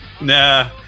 Nah